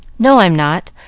no, i'm not.